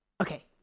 Okay